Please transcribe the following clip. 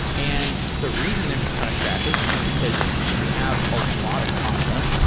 and the reason there's a ton of traffic is because you have a lot of content.